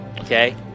Okay